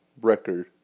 record